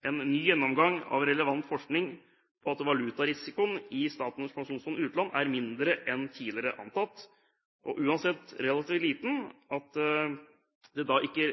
en ny gjennomgang av relevant forskning på at valutarisikoen i Statens pensjonsfond utland er mindre enn tidligere antatt, og uansett relativt liten, slik at det da ikke